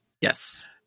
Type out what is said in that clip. yes